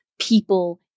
people